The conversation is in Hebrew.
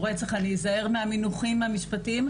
או רצח אני אזהר מהמינוחים המשפטיים,